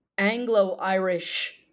Anglo-Irish